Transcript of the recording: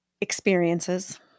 experiences